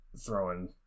throwing